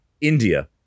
India